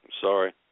sorry